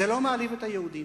זה לא מעליב את היהודים.